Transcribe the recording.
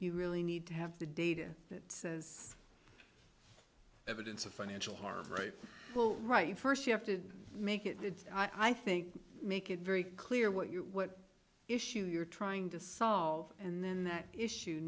you really need to have the data that says evidence of financial harm right well right first you have to make it i think make it very clear what you what issue you're trying to solve and then that issue